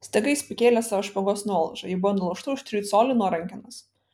staiga jis pakėlė savo špagos nuolaužą ji buvo nulaužta už trijų colių nuo rankenos